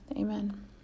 Amen